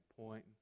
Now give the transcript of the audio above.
point